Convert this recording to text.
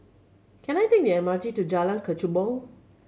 can I take the M R T to Jalan Kechubong